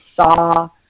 saw